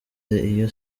iyo